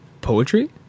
Poetry